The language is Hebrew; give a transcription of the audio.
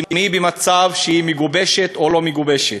אם היא במצב שהיא מגובשת או לא מגובשת.